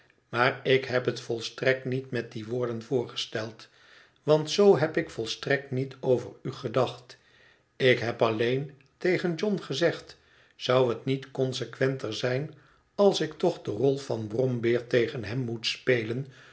maar ik heb het volstrekt niet met die woorden voorgesteld want z heb ik volstrekt niet over u gedacht ik heb alleen tegen john gezegd zou het niet consequenter zijn als ik toch de rol van brombeer tegen hem moet spelen